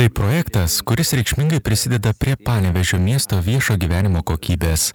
tai projektas kuris reikšmingai prisideda prie panevėžio miesto viešo gyvenimo kokybės